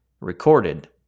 recorded